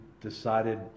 decided